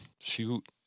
shoot